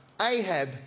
Ahab